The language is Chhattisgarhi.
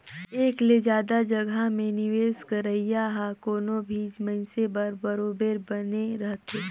एक ले जादा जगहा में निवेस करई ह कोनो भी मइनसे बर बरोबेर बने रहथे